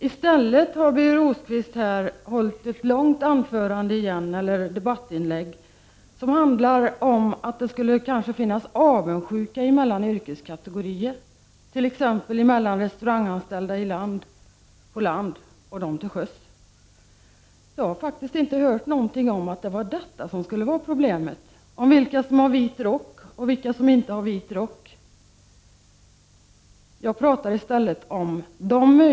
I stället har Birger Rosqvist hållit ett långt debattinlägg om att det kanske finns avundsjuka mellan olika kategorier, t.ex. mellan restauranganställda på land och personer som arbetar till sjöss. Jag har faktiskt inte hört något om att detta skulle vara problemet, att det skulle handla om vilka som har vit rock och vilka som inte har det.